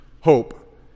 hope